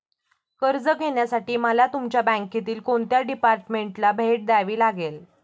कर्ज घेण्यासाठी मला तुमच्या बँकेतील कोणत्या डिपार्टमेंटला भेट द्यावी लागेल?